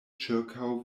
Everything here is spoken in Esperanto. ĉirkaŭ